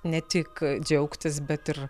ne tik džiaugtis bet ir